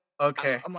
Okay